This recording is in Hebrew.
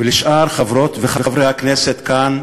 ולשאר חברות וחברי הכנסת כאן,